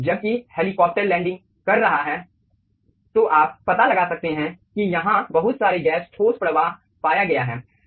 जबकि helicopter landing कर रहा है तो आप पता लगा सकते हैं कि यहां बहुत सारे गैस ठोस प्रवाह पाया गया हैं